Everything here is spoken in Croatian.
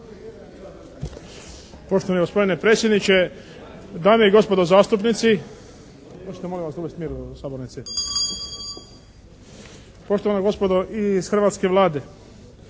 Poštovani gospodine predsjedniče, dame i gospodo zastupnici, poštovana gospodo iz hrvatske Vlade!